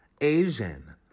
Asian